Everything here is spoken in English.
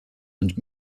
and